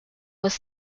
was